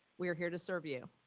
we are here to serve you.